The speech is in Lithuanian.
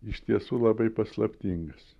iš tiesų labai paslaptingas